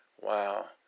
Wow